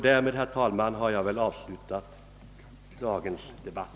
Därmed, herr talman, har jag väl avslutat dagens debatt.